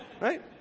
Right